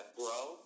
grow